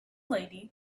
lady